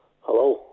Hello